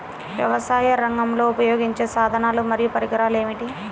వ్యవసాయరంగంలో ఉపయోగించే సాధనాలు మరియు పరికరాలు ఏమిటీ?